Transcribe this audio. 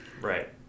Right